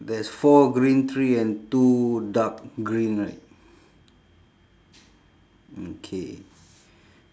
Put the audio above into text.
there's four green tree and two dark green right mm K